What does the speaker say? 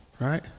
right